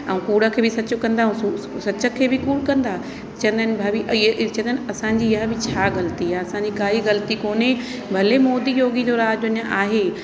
ऐं कूड़ खे बि सच कंदा सच खे बि कूड़ कंदा चईंदा आहिनि भाभी इएं ऐं चईंदा आहिनि असांजी इहा छा ग़लती आहे असांजी काई ग़लती कोने भले मोदी योगी जो राज अञा आहे